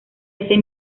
ese